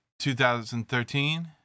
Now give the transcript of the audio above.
2013